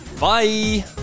Bye